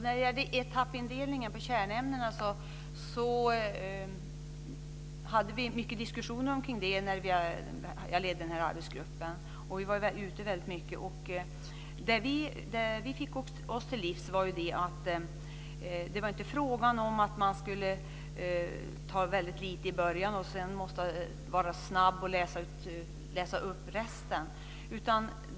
Fru talman! Vi hade mycket diskussioner om etappindelningen i kärnämnena när jag ledde arbetsgruppen. Vi var ute väldigt mycket i skolorna. Det vi fick oss till livs var att det inte var fråga om att man skulle ta väldigt lite i början och sedan vara snabb och läsa upp resten.